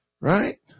right